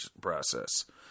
process